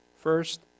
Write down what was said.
first